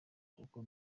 kuko